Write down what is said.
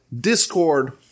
discord